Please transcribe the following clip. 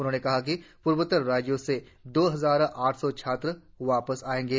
उन्होंने कहा कि पूर्वोत्तर राज्यों से दो हजार आठ सौ छात्र वापस आएंगे